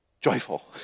joyful